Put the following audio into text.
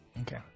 Okay